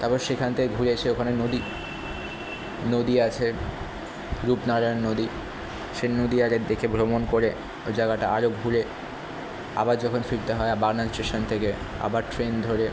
তারপর সেখান থেকে ঘুরে এসে ওখানে নদী নদী আছে রূপনারায়ণ নদী সেই নদী আগে দেখে ভ্রমণ করে ওই জায়গাটা আরো ঘুরে আবার যখন ফিরতে হয় বাগনান স্টেশান থেকে আবার ট্রেন ধরে